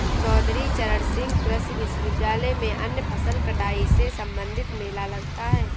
चौधरी चरण सिंह कृषि विश्वविद्यालय में अन्य फसल कटाई से संबंधित मेला लगता है